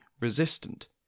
resistant